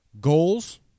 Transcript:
Goals